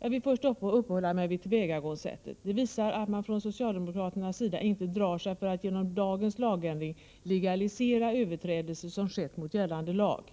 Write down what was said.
Jag vill först uppehålla mig vid tillvägagångssättet. Det visar att man från socialdemokraternas sida inte drar sig för att genom dagens lagändring legalisera överträdelser som skett mot gällande lag.